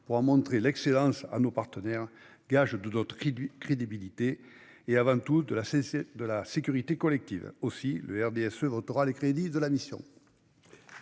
pour en montrer l'excellence à nos partenaires, gage de notre crédibilité, et avant tout de la sécurité collective. Aussi, le RDSE votera les crédits de la mission.